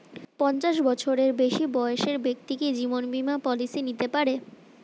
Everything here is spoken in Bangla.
পঞ্চাশ বছরের বেশি বয়সের ব্যক্তি কি জীবন বীমা পলিসি নিতে পারে?